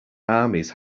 armies